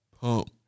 Pump